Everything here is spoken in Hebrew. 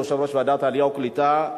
יושב-ראש ועדת העלייה והקליטה,